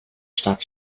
stadt